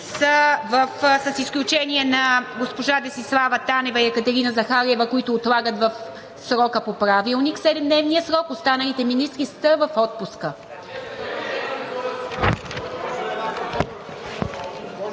с изключение на госпожа Десислава Танева и Екатерина Захариева, които отлагат в срока по Правилник – седемдневния срок, останалите министри са в отпуска.